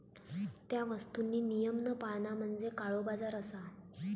त्या वस्तुंनी नियम न पाळणा म्हणजे काळोबाजार असा